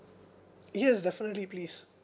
yes definitely please